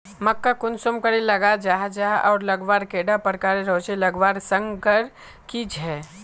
मक्का कुंसम करे लगा जाहा जाहा आर लगवार कैडा प्रकारेर होचे लगवार संगकर की झे?